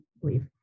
believe